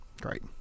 great